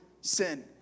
sin